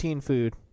food